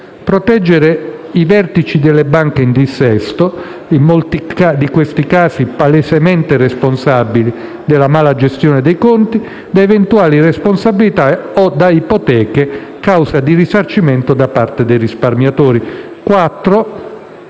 proteggere i vertici delle banche in dissesto - in molti di questi casi palesemente responsabili della mala gestione dei conti - da eventuali responsabilità o da ipotetiche cause di risarcimento da parte dei risparmiatori. Quattro,